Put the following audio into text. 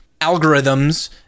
algorithms